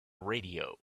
radio